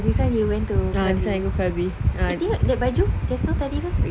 this [one] you went to krabi eh tengok that baju just now tadi tu